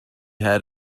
had